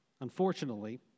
unfortunately